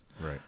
Right